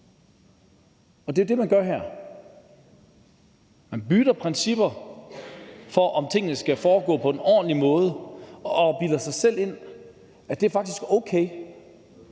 Det er det, man gør her. Man skipper principper om, at tingene skal foregå på en ordentlig måde, og man bilder sig selv ind, at det faktisk er okay